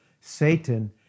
Satan